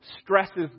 stresses